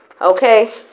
Okay